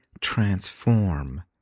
transform